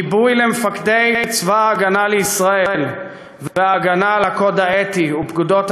גיבוי למפקדי צבא ההגנה לישראל וההגנה על הקוד האתי ופקודות